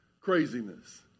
craziness